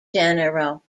general